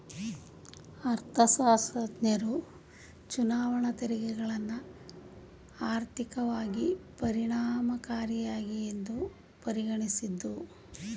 ಅರ್ಥಶಾಸ್ತ್ರಜ್ಞರು ಚುನಾವಣಾ ತೆರಿಗೆಗಳನ್ನ ಆರ್ಥಿಕವಾಗಿ ಪರಿಣಾಮಕಾರಿಯೆಂದು ಪರಿಗಣಿಸಿದ್ದ್ರು